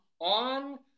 on